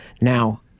Now